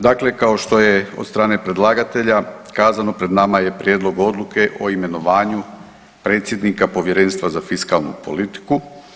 Dakle kao što je od strane predlagatelja kazano, pred nama je Prijedlog Odluke o imenovanju predsjednika Povjerenstva za fiskalnu politiku.